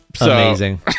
Amazing